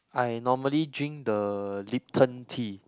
I normally drink the Lipton tea